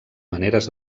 maneres